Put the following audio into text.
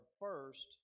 first